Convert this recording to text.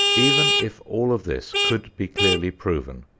even if all of this could be clearly proven,